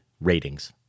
ratings